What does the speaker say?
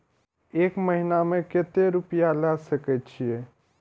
एक महीना में केते रूपया ले सके छिए?